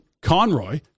Conroy